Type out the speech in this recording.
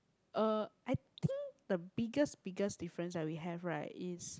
uh I think the biggest biggest difference that we have right is